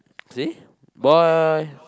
see boy